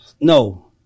No